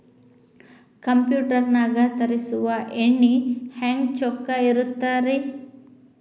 Computer ನಾಗ ತರುಸುವ ಎಣ್ಣಿ ಹೆಂಗ್ ಚೊಕ್ಕ ಇರತ್ತ ರಿ?